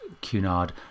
Cunard